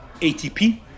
atp